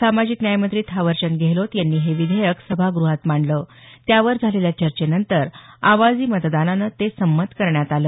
सामाजिक न्यायमंत्री थावरचंद गेहलोत यांनी हे विधेयक सभागृहात मांडलं त्यावर झालेल्या चर्चेनंतर आवाजी मतदानानं ते संमत करण्यात आलं